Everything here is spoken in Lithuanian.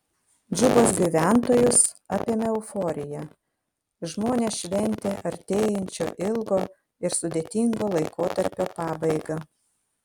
džubos gyventojus apėmė euforija žmonės šventė artėjančią ilgo ir sudėtingo laikotarpio pabaigą